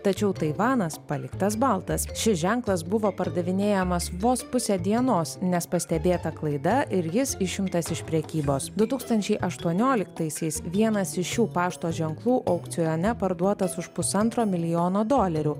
tačiau taivanas paliktas baltas šis ženklas buvo pardavinėjamas vos pusę dienos nes pastebėta klaida ir jis išimtas iš prekybos du tūkstančiai aštuonioliktaisiais vienas iš šių pašto ženklų aukcione parduotas už pusantro milijono dolerių